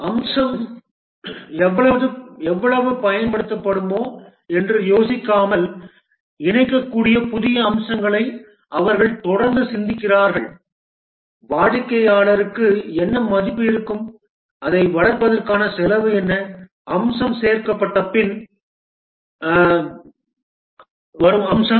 அம்சம் எவ்வளவு பயன்படுத்தப்படுமோ என்று யோசிக்காமல் இணைக்கக்கூடிய புதிய அம்சங்களை அவர்கள் தொடர்ந்து சிந்திக்கிறார்கள் வாடிக்கையாளருக்கு என்ன மதிப்பு இருக்கும் அதை வளர்ப்பதற்கான செலவு என்ன அம்சம் சேர்க்கப்பட்ட பின் அம்சம்